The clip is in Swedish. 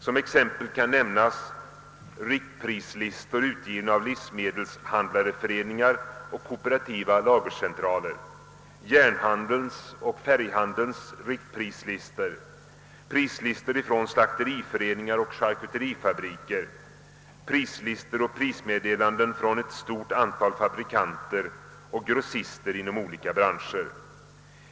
Som ex. kan nämnas riktprislistor utgivna av livsmedelshand larföreningar och kooperativa lagercentraler, järnhandelns och färghandelns riktprislistor, prislistor från slakteriföreningar och charkuterifabriker, prislistor och prismeddelanden från ett stort antal fabriker och grossister inom olika branscher.